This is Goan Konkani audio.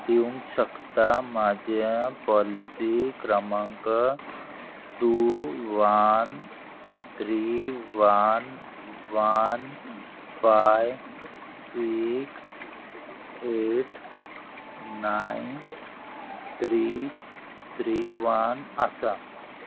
दिवंक शकता म्हाजें पॉलिसी क्रमांक two one three one one five six eight nine three three one आसा